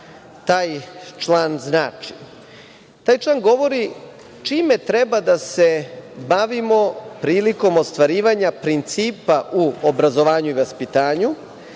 taj član znači. Taj član govori čime treba da se bavimo prilikom ostvarivanja principa u obrazovanju i vaspitanju